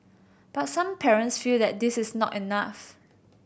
but some parents feel that this is not enough